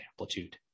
Amplitude